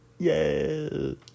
Yay